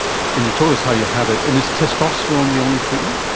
and you told us how you have it. and is testosterone the only treatment?